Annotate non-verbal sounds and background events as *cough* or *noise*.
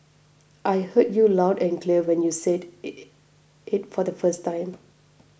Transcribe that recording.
I heard you loud and clear when you said *unintelligible* if for the first time